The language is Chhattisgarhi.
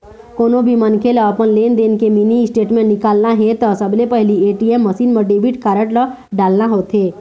कोनो भी मनखे ल अपन लेनदेन के मिनी स्टेटमेंट निकालना हे त सबले पहिली ए.टी.एम मसीन म डेबिट कारड ल डालना होथे